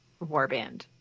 warband